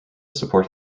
support